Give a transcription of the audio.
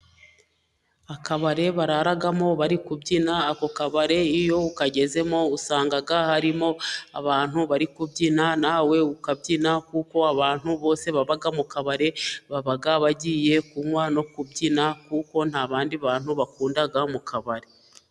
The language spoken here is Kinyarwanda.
Akabare bararamo bari kubyina, ako kabari iyo ukagezemo usanga harimo abantu bari kubyina nawe ukabyina, kuko abantu bose baba mu kabare baba bagiye kunwa no kubyina, kuko nta bandi bantu bakunda mu kabare.